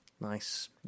Nice